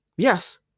Yes